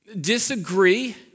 Disagree